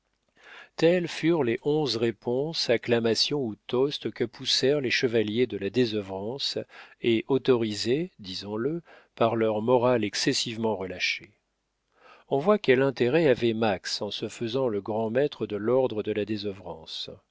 telles furent les onze réponses acclamations ou toasts que poussèrent les chevaliers de la désœuvrance et autorisés disons-le par leur morale excessivement relâchée on voit quel intérêt avait max en se faisant le grand-maître de l'ordre de la